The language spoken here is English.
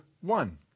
one